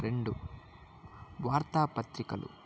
రెండు వార్తాపత్రికలు